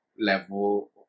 level